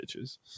bitches